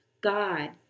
God